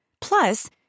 Plus